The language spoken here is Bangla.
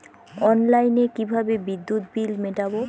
অনলাইনে কিভাবে বিদ্যুৎ বিল মেটাবো?